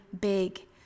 big